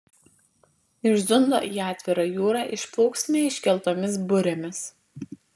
iš zundo į atvirą jūrą išplauksime iškeltomis burėmis